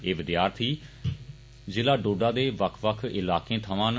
एह् विद्यार्थी जिला डोडा दे बक्ख बक्ख इलाकें थमां न